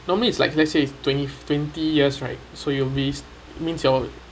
normally it's like let's say it's twenty twenty years right so you have these means your